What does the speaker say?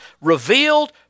revealed